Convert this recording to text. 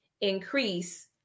increase